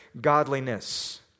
godliness